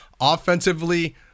offensively